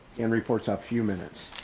in reports a few minutes.